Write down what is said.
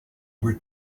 were